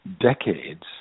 decades